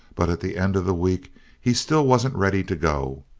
but at the end of the week he still wasn't ready to go.